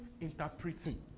interpreting